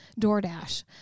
DoorDash